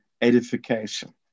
edification